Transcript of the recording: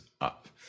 up